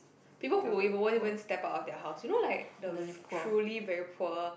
people who even ever step out of their of their house you know like the truly very poor